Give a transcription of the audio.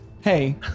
Hey